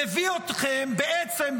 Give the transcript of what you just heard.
מביא אתכם בעצם,